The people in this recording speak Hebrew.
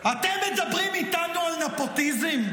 אתם מדברים איתנו על נפוטיזם?